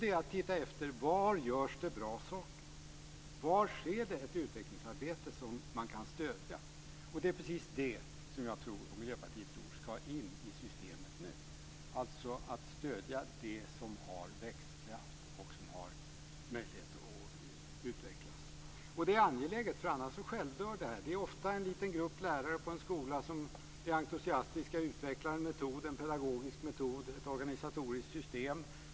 Det är att titta efter: Var görs det bra saker? Var sker ett utvecklingsarbete som man kan stödja? Det är precis det som jag och Miljöpartiet tror skall in i systemet nu, alltså att stödja det som har växtkraft och som har möjlighet att utvecklas. Det är angeläget, för annars självdör det här. Det är ofta en liten grupp lärare i en skola som är entusiastiska, utvecklar en pedagogisk metod, ett organisatoriskt system.